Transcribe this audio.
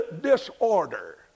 disorder